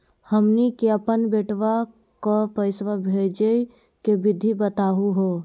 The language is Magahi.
हमनी के अपन बेटवा क पैसवा भेजै के विधि बताहु हो?